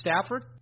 Stafford